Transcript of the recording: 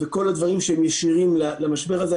וכל הדברים שהם ישירים למשבר הזה,